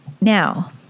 Now